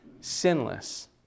sinless